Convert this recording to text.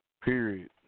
Period